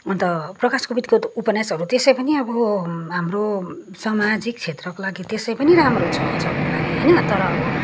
अन्त प्रकाश कोविदको उपन्यासहरू त्यसै पनि अब हाम्रो सामाजिक क्षत्रको लागि त्यसै पनि राम्रो छ छनको लागि तर अब